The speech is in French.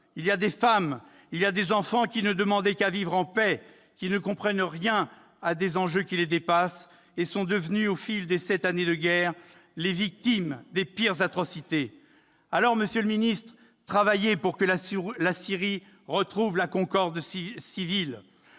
il y a des femmes, il y a des enfants qui ne demandaient qu'à vivre en paix, qui ne comprennent rien à des enjeux qui les dépassent et qui sont devenus, au fil de sept années de guerre, les victimes des pires atrocités. Alors, monsieur le ministre, travaillez pour que la Syrie retrouve la concorde civile